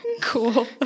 cool